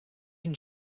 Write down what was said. can